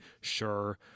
sure